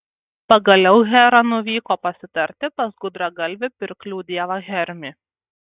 pagaliau hera nuvyko pasitarti pas gudragalvį pirklių dievą hermį